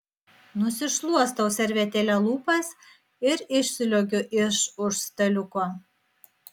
nusišluostau servetėle lūpas ir išsliuogiu iš už staliuko